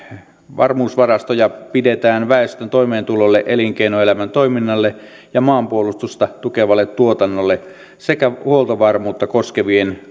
varmuusvarastoja pidetään väestön toimeentulolle elinkeinoelämän toiminnalle ja maanpuolustusta tukevalle tuotannolle sekä huoltovarmuutta koskevien